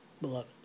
beloved